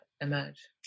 emerge